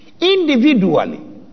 Individually